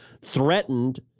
threatened